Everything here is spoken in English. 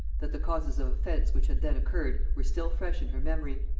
that the causes of offence which had then occurred were still fresh in her memory,